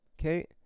okay